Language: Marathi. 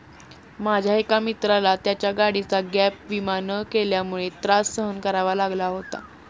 माझ्या एका मित्राला त्याच्या गाडीचा गॅप विमा न केल्यामुळे त्रास सहन करावा लागला होता